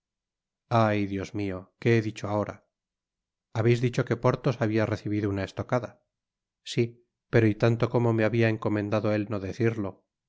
ay dios mio qué he dicho ahora habeis dicho que porthos habia recibido una estocada sí pero y tanto como me habia encomendado él do decirlo